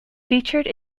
featured